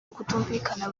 ukutumvikana